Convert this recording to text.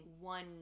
one